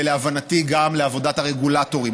ולהבנתי גם על עבודת הרגולטורים,